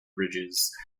bridges